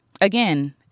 again